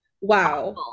Wow